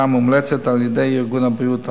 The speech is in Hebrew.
מומלצת על-ידי ארגון הבריאות העולמי,